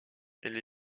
elle